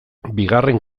bigarren